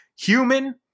human